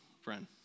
friend